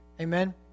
Amen